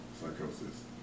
psychosis